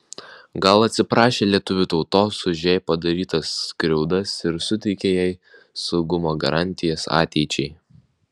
gal atsiprašė lietuvių tautos už jai padarytas skriaudas ir suteikė jai saugumo garantijas ateičiai